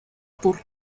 por